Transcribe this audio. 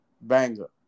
banger